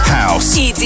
House